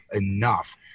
enough